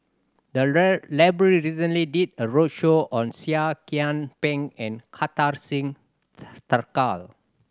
the library recently did a roadshow on Seah Kian Peng and Kartar Singh Thakral